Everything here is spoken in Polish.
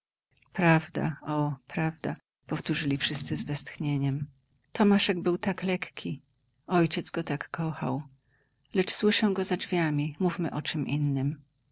prawda o prawda powtórzyli wszyscy z westchnieniem tomaszek był tak lekki ojciec go tak kochał lecz słyszę go za drzwiami mówmy o czem innem